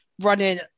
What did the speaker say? running